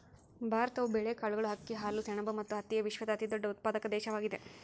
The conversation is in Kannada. ಭಾರತವು ಬೇಳೆಕಾಳುಗಳು, ಅಕ್ಕಿ, ಹಾಲು, ಸೆಣಬು ಮತ್ತು ಹತ್ತಿಯ ವಿಶ್ವದ ಅತಿದೊಡ್ಡ ಉತ್ಪಾದಕ ದೇಶವಾಗಿದೆ